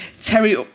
Terry